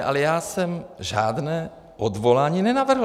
Ale já jsem žádné odvolání nenavrhl.